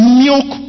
milk